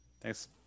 Thanks